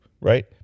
right